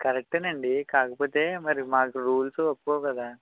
correct అండి కాకపోతే మరి మా రూల్స్ ఒప్పుకోవు కదా